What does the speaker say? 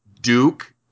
Duke